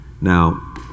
Now